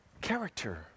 Character